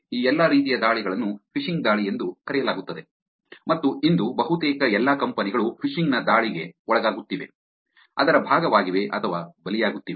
ಈ ಎಲ್ಲಾ ರೀತಿಯ ದಾಳಿಗಳನ್ನು ಫಿಶಿಂಗ್ ದಾಳಿ ಎಂದು ಕರೆಯಲಾಗುತ್ತದೆ ಮತ್ತು ಇಂದು ಬಹುತೇಕ ಎಲ್ಲಾ ಕಂಪನಿಗಳು ಫಿಶಿಂಗ್ ನ ಈ ದಾಳಿಗೆ ಒಳಗಾಗುತ್ತಿವೆ ಅದರ ಭಾಗವಾಗಿವೆ ಅಥವಾ ಬಲಿಯಾಗುತ್ತಿವೆ